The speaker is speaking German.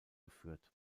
geführt